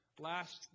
last